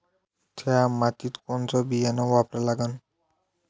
थ्या मातीत कोनचं बियानं वापरा लागन?